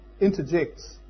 interjects